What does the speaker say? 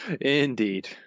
Indeed